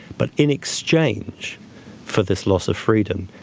but in exchange for this loss of freedom,